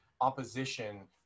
opposition